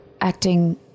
acting